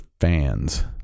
fans